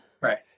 Right